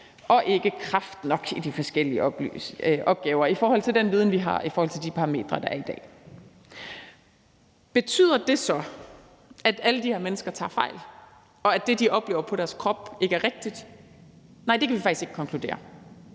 og ikke kraft nok i de forskellige opgaver, i forhold til den viden, vi har, og i forhold til de parametre, der er i dag. Betyder det så, at alle de her mennesker tager fejl, og at det, de oplever på deres krop, ikke er rigtigt? Nej, det kan vi faktisk ikke konkludere.